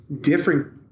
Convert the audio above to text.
different